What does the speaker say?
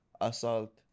assault